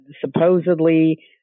supposedly